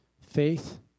Faith